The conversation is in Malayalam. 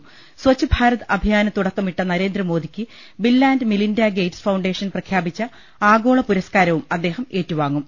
സ്വച്ച്ഭാരത് അഭിയാന് തുടക്കമിട്ട നരേ ന്ദ്രമോദിക്ക് Bill and Melinda Gates Foundation പ്രഖ്യാപിച്ച ആഗോള പുരസ്കാരവും അദ്ദേഹം ഏറ്റുവാങ്ങും